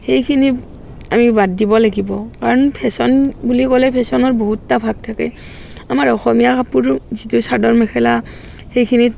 সেইখিনি আমি বাদ দিব লাগিব কাৰণ ফেশ্বন বুলি ক'লেই ফেশ্বনৰ বহুতটা ভাগ থাকে আমাৰ অসমীয়া কাপোৰো যিটো চাদৰ মেখেলা সেইখিনিত